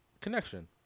connection